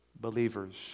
believers